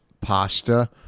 Pasta